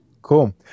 Cool